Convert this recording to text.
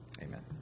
Amen